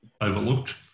overlooked